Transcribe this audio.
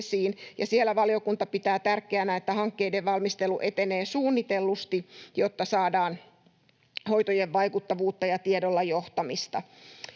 siinä valiokunta pitää tärkeänä, että hankkeiden valmistelu etenee suunnitellusti, jotta saadaan hoitojen vaikuttavuutta ja tiedolla johtamista.